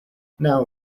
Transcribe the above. now